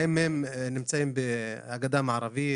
האם הם נמצאים בגדה המערבית?